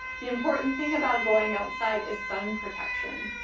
the important thing about going outside is sun protection.